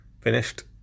finished